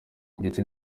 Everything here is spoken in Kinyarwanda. ndetse